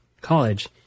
college